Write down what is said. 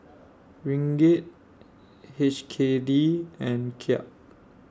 Ringgit H K D and Kyat